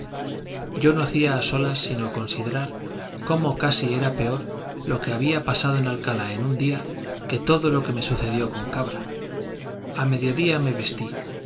yo no hacía a solas sino considerar cómo casi era peor lo que había pasado en alcalá en un día que todo lo que me sucedió con cabra a mediodía me vestí